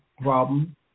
problem